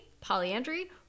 polyandry